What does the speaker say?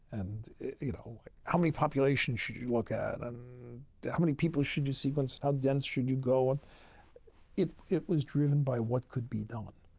and you know how many populations should you look at? and how many people should you sequence? how dense should you go? and it it was driven by what could be done.